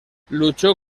luchó